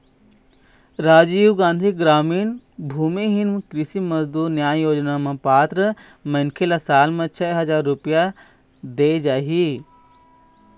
राजीव गांधी गरामीन भूमिहीन कृषि मजदूर न्याय योजना म पात्र मनखे ल साल म छै हजार रूपिया देय जाही